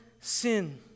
sin